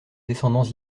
descendants